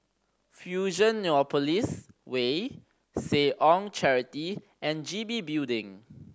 Fusionopolis Way Seh Ong Charity and G B Building